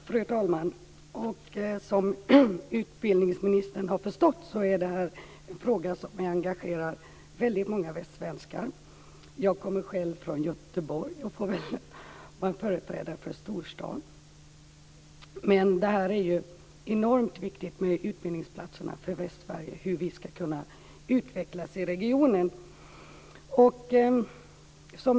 Fru talman! Som utbildningsministern har förstått är det här en fråga som engagerar väldigt många västsvenskar. Jag kommer själv från Göteborg och är alltså företrädare för en storstad. Hur utbildningsplatserna i Västsverige skall kunna utvecklas är enormt viktigt.